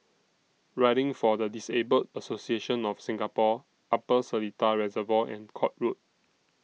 Riding For The Disabled Association of Singapore Upper Seletar Reservoir and Court Road